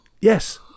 Yes